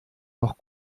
noch